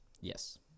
Yes